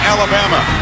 Alabama